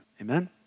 amen